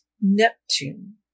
Neptune